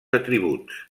atributs